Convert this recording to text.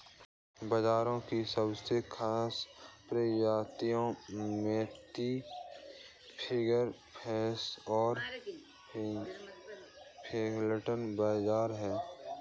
बाजरे की सबसे खास प्रजातियाँ मोती, फिंगर, प्रोसो और फोक्सटेल बाजरा है